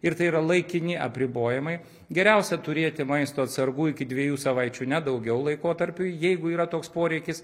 ir tai yra laikini apribojimai geriausia turėti maisto atsargų iki dvejų savaičių ne daugiau laikotarpiui jeigu yra toks poreikis